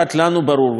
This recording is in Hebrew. וזאת עמדתנו,